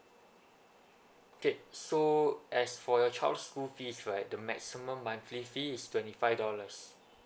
okay so as for your child's school fees right the maximum monthly fee is twenty five dollars